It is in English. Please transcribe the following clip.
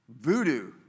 voodoo